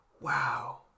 Wow